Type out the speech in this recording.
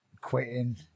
quitting